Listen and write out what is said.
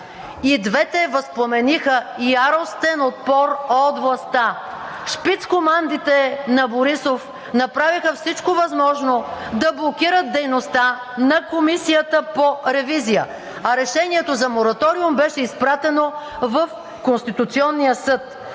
И двете възпламениха яростен отпор от властта. Шпицкомандите на Борисов направиха всичко възможно да блокират дейността на Комисията по ревизия, а решението за мораториум беше изпратено в Конституционния съд.